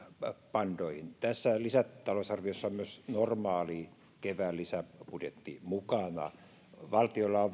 pandoihin tässä lisätalousarviossa on myös normaali kevään lisäbudjetti mukana valtiolla on